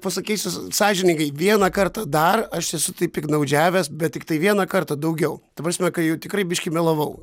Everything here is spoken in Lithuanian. pasakysiu sąžiningai vieną kartą dar aš esu taip piktnaudžiavęs bet tiktai vieną kartą daugiau ta prasme kai jau tikrai biškį melavau